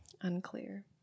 unclear